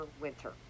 winter